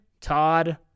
Todd